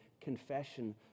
confession